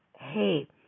Hey